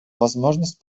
возможность